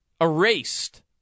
erased